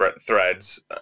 threads